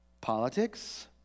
Politics